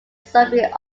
soviet